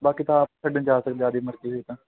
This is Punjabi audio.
ਬਾਕੀ ਤਾਂ ਆਪ ਛੱਡਣ ਜਾ ਸਕਦੇ ਆਪਦੀ ਮਰਜ਼ੀ ਹੋਏ ਤਾਂ